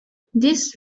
this